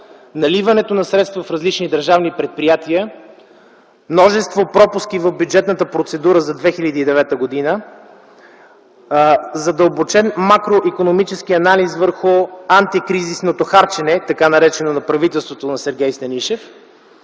наливането на средства в различни държавни предприятия, множество пропуски в бюджетната процедура за 2009 г., задълбочен макроикономически анализ върху така нареченото „антикризисно” харчене на правителството на Сергей Станишев.